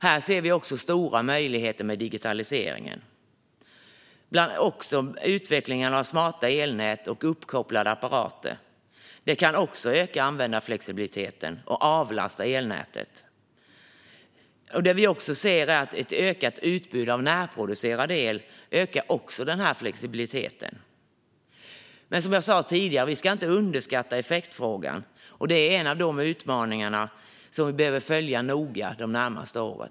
Här ser vi också stora möjligheter med digitaliseringen. Det gäller också utvecklingen av smarta elnät och uppkopplade apparater. De kan också öka användarflexibiliteten och avlasta elnätet. Det vi ser är att ett ökat utbud av närproducerad el också ökar flexibiliteten. Men som jag sa tidigare ska vi inte underskatta effektfrågan. Det är en av utmaningarna som vi behöver följa noga de närmaste åren.